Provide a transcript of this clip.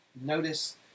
notice